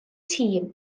tîm